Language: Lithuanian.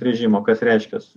režimo kas reiškias